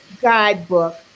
guidebook